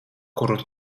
kuru